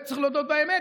צריך להודות באמת,